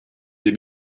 des